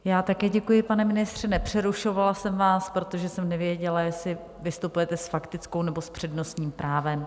Já také děkuji, pane ministře, nepřerušovala jsem vás, protože jsem nevěděla, jestli vystupujete s faktickou, nebo s přednostním právem.